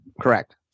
Correct